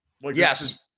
Yes